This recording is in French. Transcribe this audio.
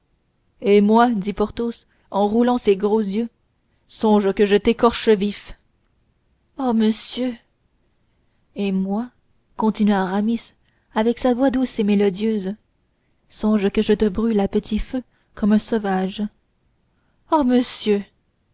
et moi dit porthos en roulant ses gros yeux songe que je t'écorche vif ah monsieur et moi continua aramis de sa voix douce et mélodieuse songe que je te brûle à petit feu comme un sauvage ah monsieur